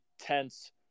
tense